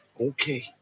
Okay